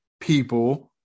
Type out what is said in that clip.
people